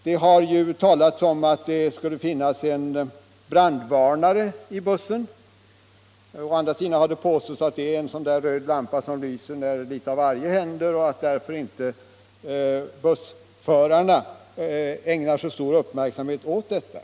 Det har sagts att det skulle finnas en brandvarnare i bussen. Å andra sidan har det påståtts att det är en röd lampa som lyser när litet av varje händer, varför bussförarna inte ägnar så stor uppmärksamhet åt detta.